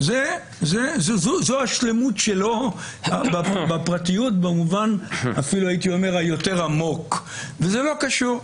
זו השלמות שלו בפרטיות במובן היותר עמוק וזה לא קשור.